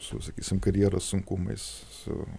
su sakysim karjeros sunkumais su